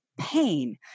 pain